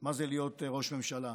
מה זה להיות ראש ממשלה.